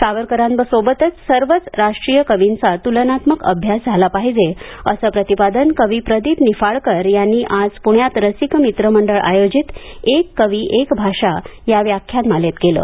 सावरकरांसोबत सर्वच राष्ट्रीय कवींचा तुलनात्मक अभ्यास झाला पाहिजे असं प्रतिपादन कवी प्रदीप निफाडकर यांनी आज पृण्यात रसिक मित्र मंडळ आयोजित एक कवी एक भाषा या व्याख्यानमालेत केलं